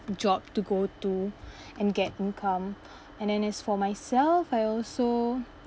job to go to and get income and then as for myself I also